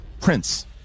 Prince